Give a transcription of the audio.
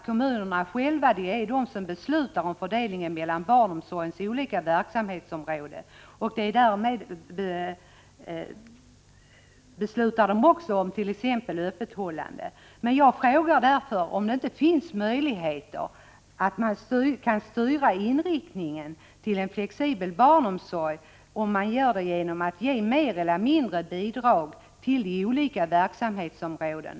Kommunerna själva beslutar, herr talman, om fördelningen mellan barnomsorgens olika verksamhetsområden, och de beslutar även om t.ex. öppethållandetider. Men jag vill fråga om man inte kan styra inriktningen mot en flexibel barnomsorg genom att ge mer eller mindre bidrag till de olika verksamhetsområdena.